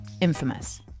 Infamous